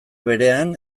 berean